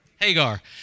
Hagar